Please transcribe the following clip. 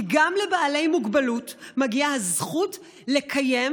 כי גם לבעלי מוגבלות מגיעה הזכות לקיים